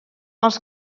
els